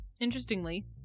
Interestingly